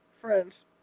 friends